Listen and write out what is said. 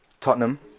Tottenham